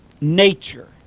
nature